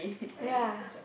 ya